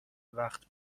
وقت